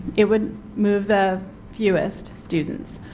it would move the fewest students.